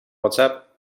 whatsapp